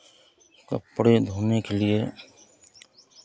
कपड़े धोने के लिए